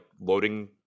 loading